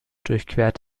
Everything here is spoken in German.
durchquert